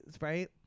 right